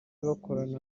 bakorana